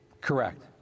Correct